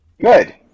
Good